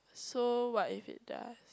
so what if it does